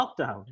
lockdown